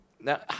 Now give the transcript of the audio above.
Now